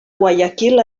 guayaquil